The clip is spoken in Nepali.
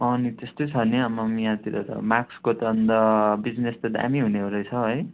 नि त्यस्तै छ नि आम्ममम यहाँतिर त मास्कको त अन्त बिजिनेस त दामी हुने रहेछ है